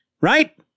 right